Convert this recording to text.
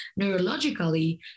neurologically